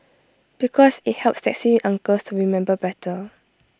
because IT helps taxi uncles to remember better